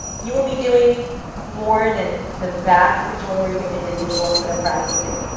you will be doing more than the vast majority of individuals that are practicing,